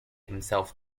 himself